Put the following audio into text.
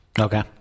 Okay